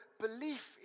belief